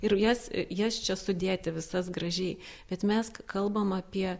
ir jas jas čia sudėti visas gražiai bet mes k kalbam apie